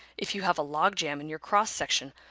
if you have a log jam in your cross section,